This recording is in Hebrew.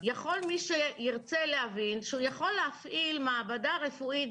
יכול מי שירצה להבין שהוא יכול להפעיל מעבדה רפואית